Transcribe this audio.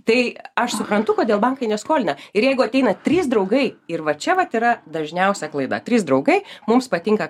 tai aš suprantu kodėl bankai neskolina ir jeigu ateina trys draugai ir va čia vat yra dažniausia klaida trys draugai mums patinka